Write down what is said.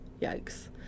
Yikes